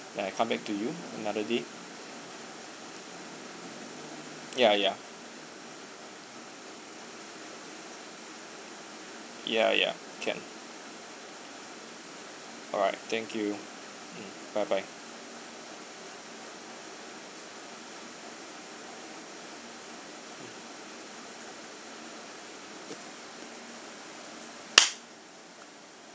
then I come back to you another day ya ya ya ya can alright thank you um bye bye